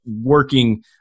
working